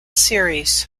series